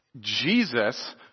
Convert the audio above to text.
Jesus